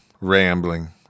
rambling